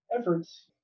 efforts